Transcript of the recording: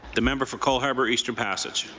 the member for cole harbour-eastern passage